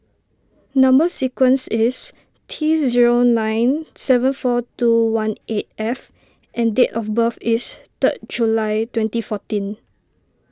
Number Sequence is T zero nine seven four two one eight F and date of birth is third July twenty fourteen